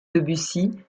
debussy